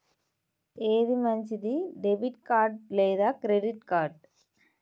ఏది మంచిది, debit card లేదా క్రెడిట్ కార్డ్?